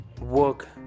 work